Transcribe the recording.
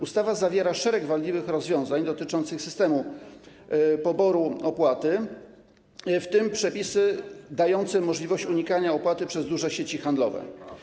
Ustawa zawiera szereg wadliwych rozwiązań dotyczących systemu poboru opłaty, w tym przepisy dające możliwość unikania opłaty przez duże sieci handlowe.